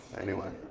anyway.